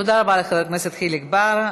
תודה רבה לחבר הכנסת חיליק בר.